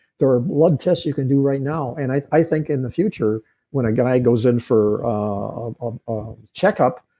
there are lab tests you can do right now, and i i think in the future when a guy goes in for a checkup,